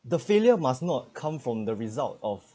the failure must not come from the result of